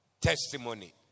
testimony